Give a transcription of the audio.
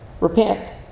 Repent